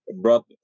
brought